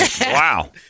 Wow